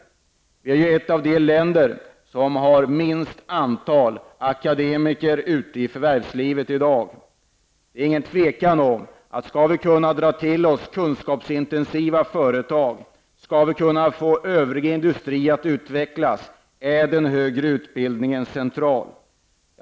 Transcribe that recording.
Sverige är ett av de länder som har minst antal akademiker i förvärvslivet i dag. Det råder inget tvivel om, att skall vi kunna dra till oss kunskapsintensiva företag och få övrig industri att utvecklas, är den högre utbildningen av central betydelse.